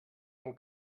amb